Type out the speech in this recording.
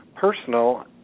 Personal